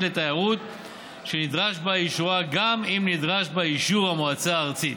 לתיירות שנדרש בה אישורה גם אם נדרש בה אישור המועצה הארצית.